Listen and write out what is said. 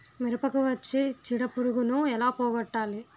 మిరపకు వచ్చే చిడపురుగును ఏల పోగొట్టాలి?